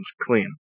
clean